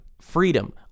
freedom